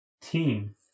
team